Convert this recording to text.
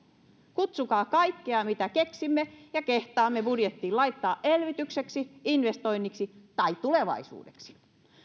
kutsutaan kaikkea mitä keksimme ja kehtaamme budjettiin laittaa elvytykseksi investoinniksi tai tulevaisuudeksi